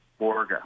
Borga